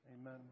Amen